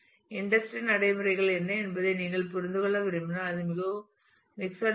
industry நடைமுறைகள் என்ன என்பதை நீங்கள் புரிந்து கொள்ள விரும்பினால் அது மிகவும் மிக்ஸட் ஆகும்